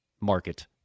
market